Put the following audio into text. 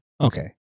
okay